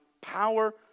power